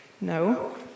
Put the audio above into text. No